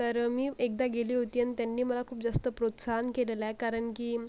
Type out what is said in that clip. तर मी एकदा गेली होती आणि त्यांनी मला खूप जास्त प्रोत्साहन केलेलं आहे कारण की